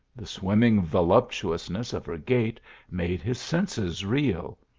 the swimming voluptuousness of her gait made his senses reel.